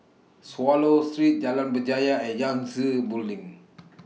Swallow Street Jalan Berjaya and Yangtze Building